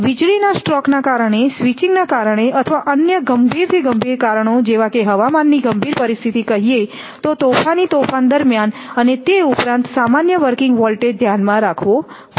વીજળીના સ્ટ્રોકના કારણે સ્વિચિંગને કારણે અથવા અન્ય ગંભીર થી ગંભીર કારણો જેવા કે હવામાનની ગંભીર પરિસ્થિતિઓ કહીએ તો તોફાની તોફાનો દરમિયાન અને તે ઉપરાંત સામાન્ય વર્કિંગ વોલ્ટેજ ધ્યાનમાં રાખવો પડશે